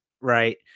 right